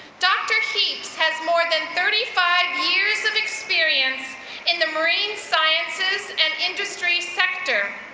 dr. heaps has more than thirty five years of experience in the marine sciences and industry sector,